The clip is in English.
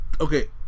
okay